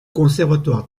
conservatoire